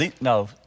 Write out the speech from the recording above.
no